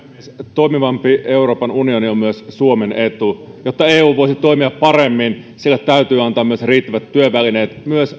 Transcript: toimivampi euroopan unioni on myös suomen etu jotta eu voisi toimia paremmin sille täytyy antaa riittävät työvälineet myös